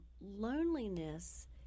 loneliness